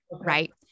Right